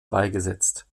beigesetzt